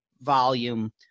volume